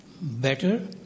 better